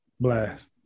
Blast